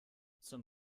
zum